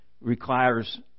requires